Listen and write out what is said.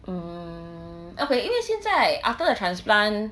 mm okay 因为现在 after the transplant